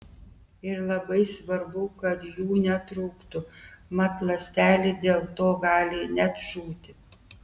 ir labai svarbu kad jų netrūktų mat ląstelė dėl to gali net žūti